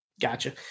gotcha